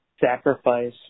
sacrifice